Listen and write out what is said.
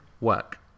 work